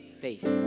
faith